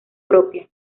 propia